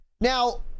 Now